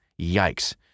yikes